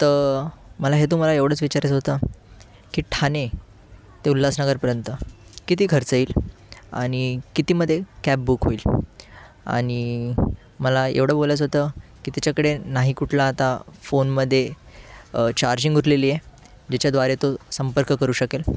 तर मला हे तुम्हाला एवढंच विचारायचं होतं की ठाणे ते उल्हासनगरपर्यंत किती खर्च येईल आणि कितीमध्ये कॅब बुक होईल आणि मला एवढं बोलायचं होतं की त्याच्याकडे नाही कुठला आता फोनमध्ये चार्जिंग उरलेली आहे ज्याच्याद्वारे तो संपर्क करू शकेल